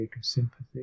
sympathy